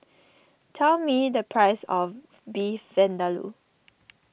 tell me the price of Beef Vindaloo